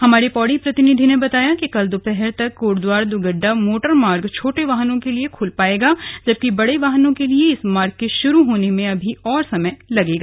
हमारे पौड़ी प्रतिनिधि ने बताया है कि कल दोपहर तक कोटद्वार दुगड्डा मोटरमार्ग छोटे वाहनों के लिए खुल पाएगा जबकि बड़े वाहनों के लिए इस मार्ग के शुरु होने में अभी और समय लगेगा